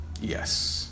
Yes